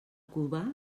cubà